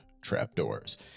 trapdoors